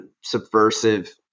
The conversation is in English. subversive